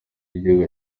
y’igihugu